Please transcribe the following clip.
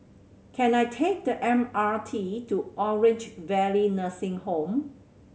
can I take the M R T to Orange Valley Nursing Home